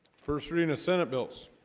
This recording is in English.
first reading the senate bills